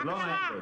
מה קרה?